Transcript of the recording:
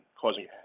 causing